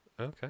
Okay